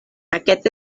aquest